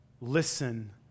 Listen